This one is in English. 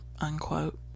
unquote